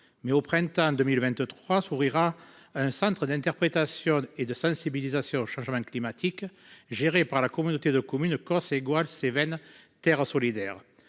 Mais au printemps 2023 s'ouvrira un centre d'interprétation et de sensibilisation au changement climatique, géré par la communauté de commune Causses Aigoual Cévennes terre à solidaire